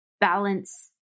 balance